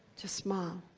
just smile.